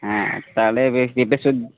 হ্যাঁ তাহলে পেঁপে